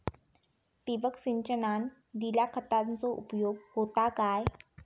ठिबक सिंचनान दिल्या खतांचो उपयोग होता काय?